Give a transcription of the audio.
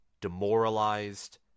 demoralized